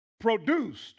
produced